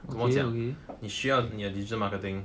怎么讲你需要你的 digital marketing